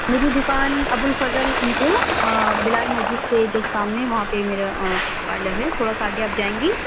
میری دُکان ابوالفضل انکلیو بلال مسجد کے جسٹ سامنے وہاں پہ میرا پارلر ہے تھوڑا سا آگے آپ جائیں گی